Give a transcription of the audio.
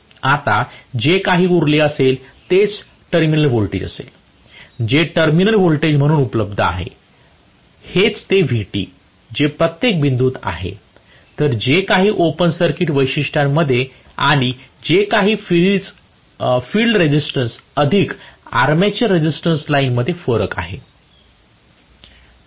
आता जे काही उरलेले असेल तेच टर्मिनल व्होल्टेज असेल जे टर्मिनल व्होल्टेज म्हणून उपलब्ध आहे हेच ते Vt जे प्रत्येक बिंदूत आहे तर जे काही ओपन सर्किट वैशिष्ट्यांमध्ये आणि जे काही फील्ड रेझिस्टन्स अधिक आर्मेचर रेझिस्टन्स लाइन मध्ये फरक आहे